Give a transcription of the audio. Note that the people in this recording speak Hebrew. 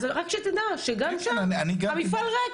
אז רק שתדע שגם שם המפעל ריק.